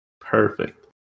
Perfect